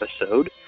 episode